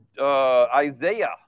Isaiah